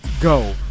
go